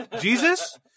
Jesus